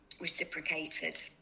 reciprocated